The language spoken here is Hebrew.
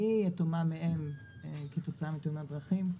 אני יתומה מאם כתוצאה מתאונת דרכים,